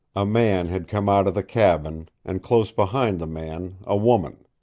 a man had come out of the cabin, and close behind the man, a woman.